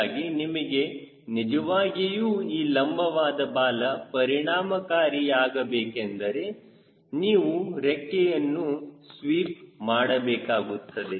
ಹೀಗಾಗಿ ನಿಮಗೆ ನಿಜವಾಗಿಯೂ ಈ ಲಂಬವಾದ ಬಾಲ ಪರಿಣಾಮಕಾರಿಯಾಗಬೇಕಾದರೆ ನೀವು ರೆಕ್ಕೆಯನ್ನು ಸ್ವೀಪ್ ಮಾಡಬೇಕಾಗುತ್ತದೆ